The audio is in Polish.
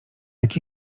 jak